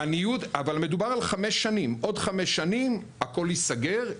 אבל מדובר על חמש שנים עוד חמש שנים הכל ייסגר,